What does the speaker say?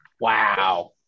Wow